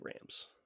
Rams